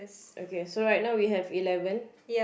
okay so right now we have eleven